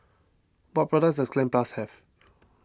what products does Cleanz Plus have